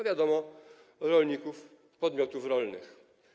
Wiadomo: rolników, podmiotów rolnych.